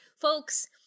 folks